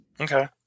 Okay